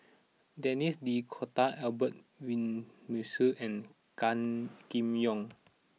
Denis D'Cotta Albert Winsemius and Gan Kim Yong